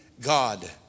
God